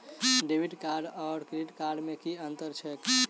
Debit card आओर credit card मे की अन्तर छैक?